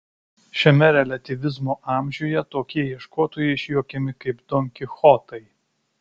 šiame reliatyvizmo amžiuje tokie ieškotojai išjuokiami kaip don kichotai